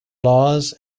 laws